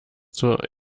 zur